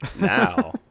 Now